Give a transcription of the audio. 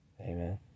Amen